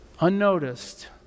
Unnoticed